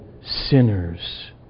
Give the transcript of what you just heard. sinners